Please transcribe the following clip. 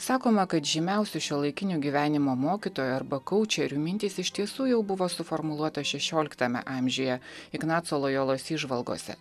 sakoma kad žymiausių šiuolaikinio gyvenimo mokytojų arba koučerių mintys iš tiesų jau buvo suformuluotos šešioliktame amžiuje ignaco lojolos įžvalgose